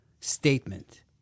statement